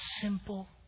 Simple